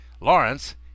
Lawrence